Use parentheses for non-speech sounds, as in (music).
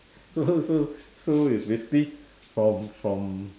(laughs) so so so it's basically from from